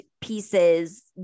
pieces